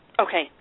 Okay